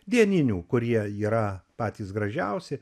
dieninių kurie yra patys gražiausi